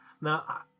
Now